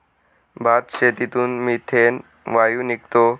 भातशेतीतून मिथेन वायू निघतो